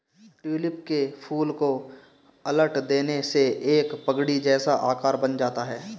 tulip के फूल को उलट देने से एक पगड़ी जैसा आकार बन जाता है